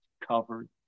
Covered